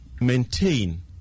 maintain